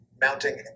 mounting